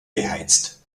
beheizt